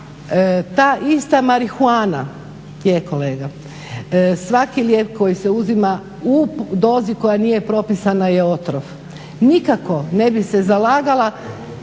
ta ista marihuana, svaki lijek koji se uzima u dozi koja nije propisana je otrov. Nikako ne bih se zalagala,